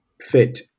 fit